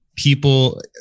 People